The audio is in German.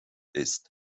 ist